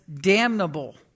damnable